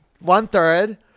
one-third